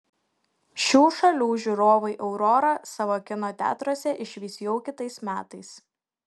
šių šalių žiūrovai aurorą savo kino teatruose išvys jau kitais metais